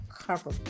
cover